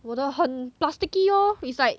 我的很 plasticky lor is like